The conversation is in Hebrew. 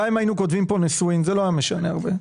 גם אם היינו כותבים פה "נישואין" זה לא היה משנה הרבה.